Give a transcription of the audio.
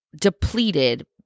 depleted